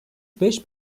beş